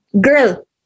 girl